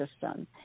system